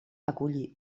acollí